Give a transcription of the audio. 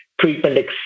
treatment